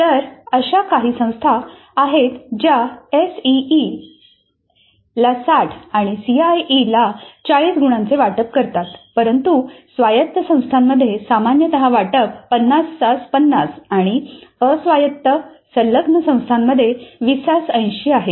तर अशा काही संस्था आहेत ज्या एसईईला 60 आणि सीआयईला 40 गुणांचे वाटप करतात परंतु स्वायत्त संस्थांमध्ये सामान्य वाटप 5050 आणि अस्वायत्त संलग्न संस्थांमध्ये 2080 आहे